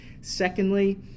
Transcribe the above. Secondly